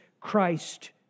Christ